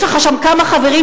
יש לך שם כמה חברים,